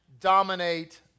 dominate